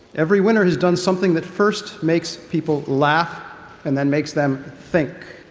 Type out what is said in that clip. every winner has done something that first makes people laugh and then makes them think.